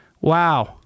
Wow